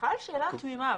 סליחה על שאלה תמימה.